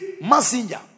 messenger